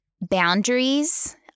boundaries